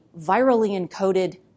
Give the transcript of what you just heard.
virally-encoded